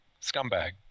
scumbag